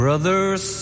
Brothers